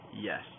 Yes